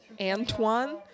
Antoine